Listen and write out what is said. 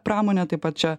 pramonę taip pat čia